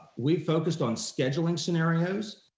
we focused on scheduling scenarios,